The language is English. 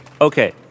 okay